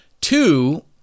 Two